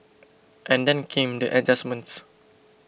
and then came the adjustments